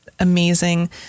amazing